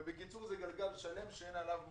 ובקיצור זה גלגל שלם שאין עליו מענה.